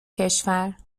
کشور